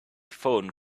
phone